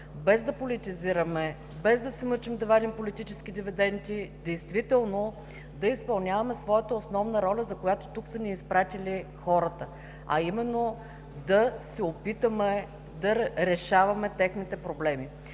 без да политизираме, без да се мъчим да вадим политически дивиденти, действително да изпълняваме своята основна роля, за която тук са ни изпратили хората, а именно да се опитаме да решаваме техните проблеми.